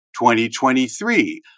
2023